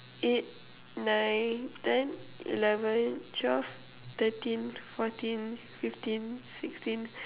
eight nine ten eleven twelve thirteen fourteen fifteen sixteen